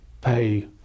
pay